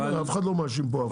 אף אחד לא מאשים פה אף אחד.